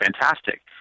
fantastic